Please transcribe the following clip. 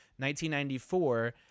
1994